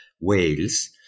Wales